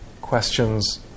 questions